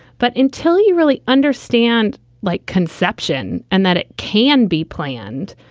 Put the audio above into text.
but until you really understand like conception and that it can be planned,